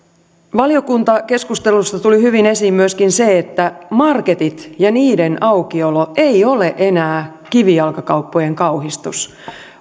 valiokuntakeskustelusta tuli hyvin esiin myöskin se että marketit ja niiden aukiolo ei ole enää kivijalkakauppojen kauhistus